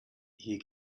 hier